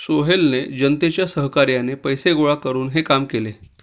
सोहेलने जनतेच्या सहकार्याने पैसे गोळा करून हे काम केले